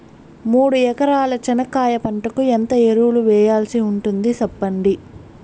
మూడు ఎకరాల చెనక్కాయ పంటకు ఎంత ఎరువులు వేయాల్సి ఉంటుంది సెప్పండి?